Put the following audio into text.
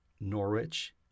Norwich